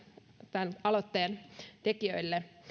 tämän aloitteen tekijöille